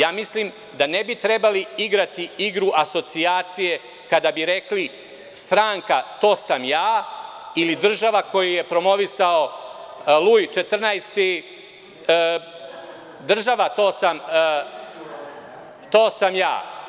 Ja mislim da ne bi trebalo igrati igru asocijacija, kada bi rekli – stranka, to sam ja ili država koju je promovisao Luj 14. – država, to sam ja.